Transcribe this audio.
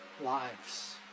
lives